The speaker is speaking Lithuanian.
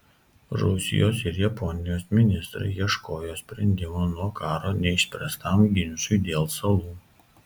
rusijos ir japonijos ministrai ieškojo sprendimo nuo karo neišspręstam ginčui dėl salų